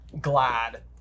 glad